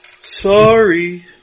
Sorry